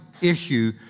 issue